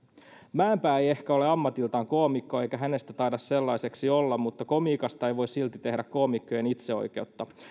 mäenpää ei ehkä ole ammatiltaan koomikko eikä hänestä taida sellaiseksi olla mutta komiikasta ei voi silti tehdä koomikkojen itseoikeutta